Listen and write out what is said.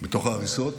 בתוך ההריסות,